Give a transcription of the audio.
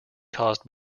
caused